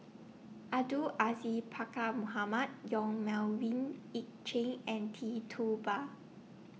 Abdul Aziz Pakkeer Mohamed Yong Melvin Yik Chye and Tee Tua Ba